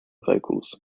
vocals